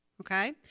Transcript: Okay